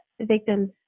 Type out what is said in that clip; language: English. victims